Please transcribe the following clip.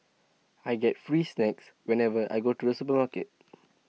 I get free snacks whenever I go to the supermarket